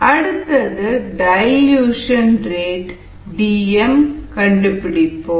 அடுத்தது dilution rate D M ஐ கண்டுபிடிப்போம்